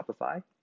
Shopify